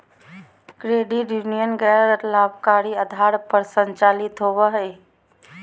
credit union गैर लाभकारी आधार पर संचालित होबो हइ